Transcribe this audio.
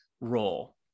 role